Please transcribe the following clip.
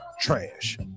Trash